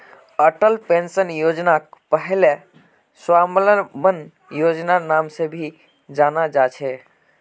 Atal pension योजनाक पहले स्वाबलंबन योजनार नाम से भी जाना जा छे